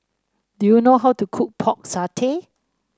do you know how to cook Pork Satay